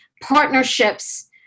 partnerships